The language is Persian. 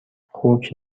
خوک